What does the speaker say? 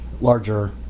Larger